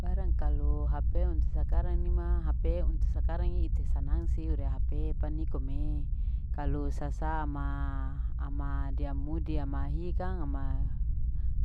Barang kalu hp untuk sakarang ini ma hp untuk sakarang ini ite sanang si re hp panikome. Kalu sasama ama dea mu dea mu hi kang ama